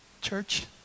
Church